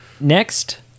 Next